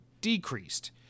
decreased